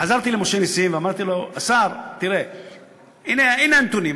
חזרתי למשה נסים ואמרתי לו: השר, הנה הנתונים.